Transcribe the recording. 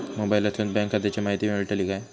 मोबाईलातसून बँक खात्याची माहिती मेळतली काय?